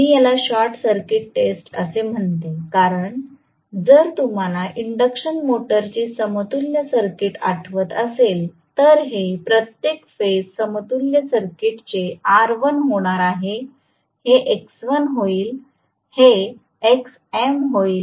मी याला short circuit test असे म्हणते कारण जर तुम्हाला इंडक्शन मोटरची समतुल्य सर्किट आठवत असेल तर हे प्रत्येक फेज समतुल्य सर्किट चे R1 होणार आहे हे X1 होईल